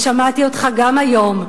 ושמעתי אותך גם היום,